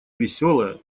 веселая